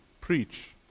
preach